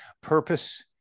purpose